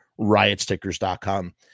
riotstickers.com